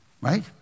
Right